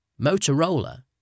Motorola